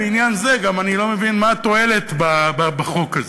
בעניין זה אני גם לא מבין מה התועלת בחוק הזה,